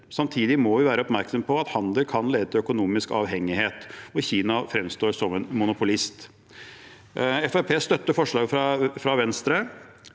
Samtidig må vi være oppmerksomme på at handel kan lede til økonomisk avhengighet, og Kina fremstår som en monopolist. Fremskrittspartiet støtter forslagene fra Venstre,